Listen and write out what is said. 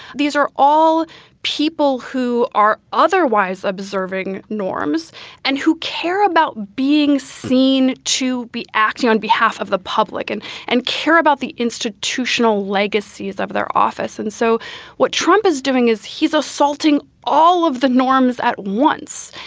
these are all people who are otherwise observing norms and who care about being seen to be acting on behalf of the public and and care about the institutional legacies of their office. and so what trump is doing is he's assaulting all of the norms at once.